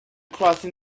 crossing